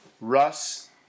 Russ